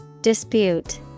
Dispute